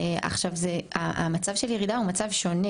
בירידה המצב הוא שונה,